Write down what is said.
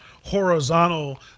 horizontal